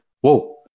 whoa